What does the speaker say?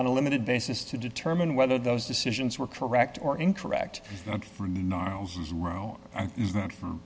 on a limited basis to determine whether those decisions were correct or incorrect